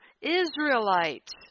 israelites